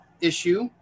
issue